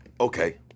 okay